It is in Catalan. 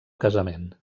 casament